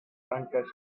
branques